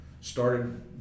started